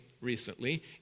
recently